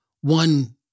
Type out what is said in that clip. one